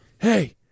Hey